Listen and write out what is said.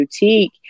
boutique